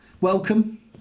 welcome